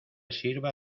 sirva